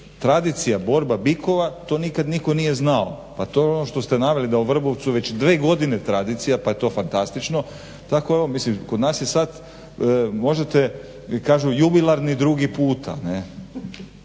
tradicija borba bikova to nikad nitko nije znao. Pa to je ono što ste naveli da u Vrbovcu dvije godine tradicija pa je to fantastično, tako i ovo mislim kod nas sada možete kažu jubilarni drugi puta.